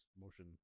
motion